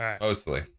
mostly